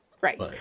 right